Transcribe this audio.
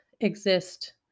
exist